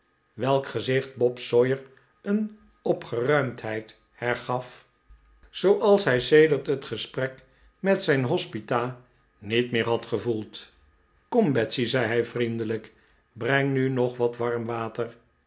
welk gezicht bob sawyer een opgeruimdheid hergaf zoo als hij sedert het gesprek met zijn hospita niet meer had gevoeld kom betsy zei hij vriendelijk breng nu nog wat warm water